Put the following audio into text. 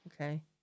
okay